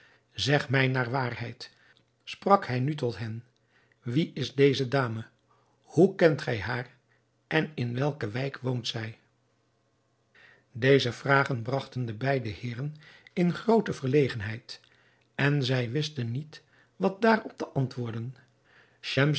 zegt mij naar waarheid sprak hij nu tot hen wie is deze dame hoe kent gij haar en in welke wijk woont zij deze vragen bragten de beide heeren in groote verlegenheid en zij wisten niet wat daarop te antwoorden